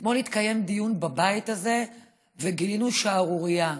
אתמול התקיים דיון בבית הזה וגילינו שערורייה: